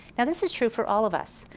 and this is true for all of us.